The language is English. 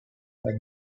but